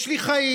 יש לי חיים,